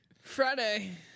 Friday